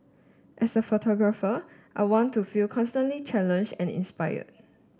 as a photographer I want to feel constantly challenged and inspired